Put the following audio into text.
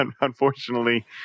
unfortunately